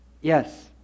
Yes